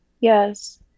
yes